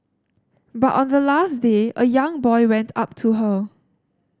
but on the last day a young boy went up to her